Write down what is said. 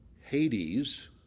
Hades